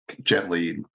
gently